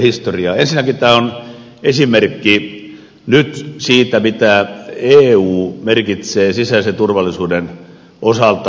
ensinnäkin tämä on esimerkki nyt siitä mitä eu merkitsee sisäisen turvallisuuden osalta